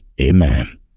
Amen